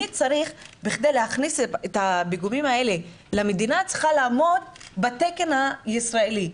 בכדי להכניס את הפיגומים האלה למדינה צריך לעמוד בתקן הישראלי,